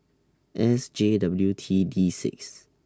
S J W T D six